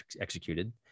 executed